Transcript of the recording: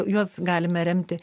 juos galime remti